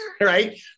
right